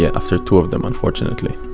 yeah after two of them unfortunately